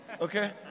Okay